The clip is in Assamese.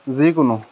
যিকোনো